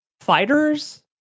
fighters